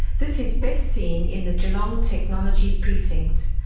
this is best seen in the geelong technology precinct.